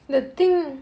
the thing